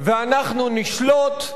ואנחנו נשלוט,